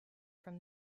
from